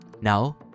Now